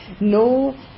no